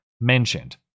mentioned